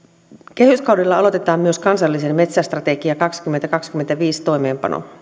kehyskaudella aloitetaan myös kansallinen metsästrategia kaksituhattakaksikymmentäviisin toimeenpano